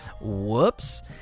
Whoops